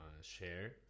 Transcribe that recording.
share